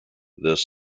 this